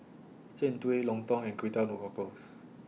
Jian Dui Lontong and Kway Teow Lockgles